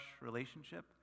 relationship